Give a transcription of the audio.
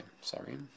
sorry